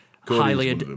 highly